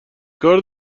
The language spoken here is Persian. کار